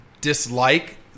dislike